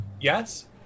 Yes